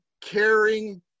caring